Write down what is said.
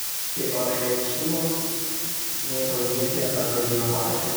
kai orai atšilo mėtau ietį ąžuolyno parke